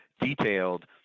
detailed